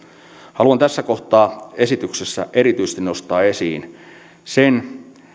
haluan tässä kohtaa esityksessä erityisesti nostaa esiin sen